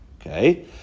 okay